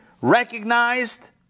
recognized